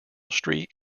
street